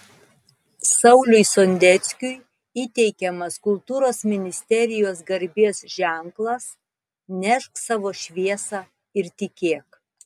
sauliui sondeckiui įteikiamas kultūros ministerijos garbės ženklas nešk savo šviesą ir tikėk